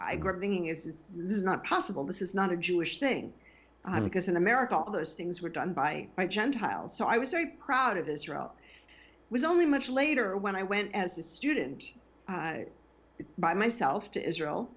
i grew up thinking is this is not possible this is not a jewish thing i'm because in america all those things were done by gentiles so i was very proud of israel was only much later when i went as a student by myself to israel